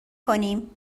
کنیم